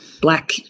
black